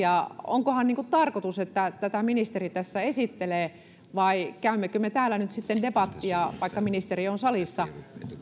onkohan tarkoitus että tätä ministeri tässä esittelee vai käymmekö me täällä nyt sitten debattia vaikka ministeri on salissa